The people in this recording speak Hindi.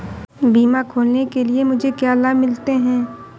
बीमा खोलने के लिए मुझे क्या लाभ मिलते हैं?